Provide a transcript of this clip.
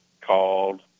called